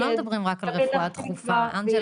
אנחנו לא מדברים רק על רפואה דחופה אנג'לה.